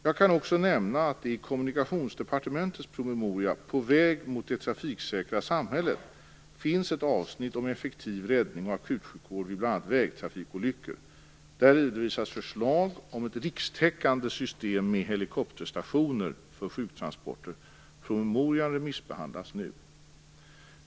Jag kan också nämna att det i Kommunikationsdepartementets promemoria På väg mot det trafiksäkra samhället finns ett avsnitt om effektiv räddning och akutsjukvård vid bl.a. vägtrafikolyckor. Där redovisas förslag om ett rikstäckande system med helikopterstationer för sjuktransporter. Promemorian remissbehandlas nu.